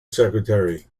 secretary